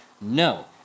No